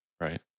Right